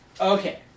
Okay